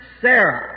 Sarah